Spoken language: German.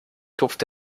tupft